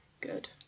Good